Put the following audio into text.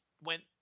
went